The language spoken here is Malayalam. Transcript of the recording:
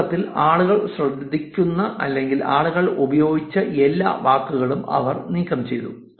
യഥാർത്ഥത്തിൽ ആളുകൾ ശ്രദ്ധിക്കുന്ന അല്ലെങ്കിൽ ആളുകൾ ഉപയോഗിച്ച എല്ലാ വാക്കുകളും അവർ നീക്കം ചെയ്തു